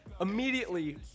Immediately